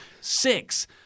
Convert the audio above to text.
Six